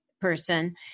person